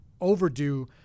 overdue